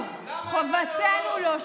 למה אין להן מעונות?